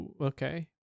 Okay